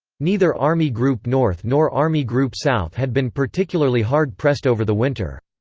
neither army group north nor army group south had been particularly hard pressed over the winter.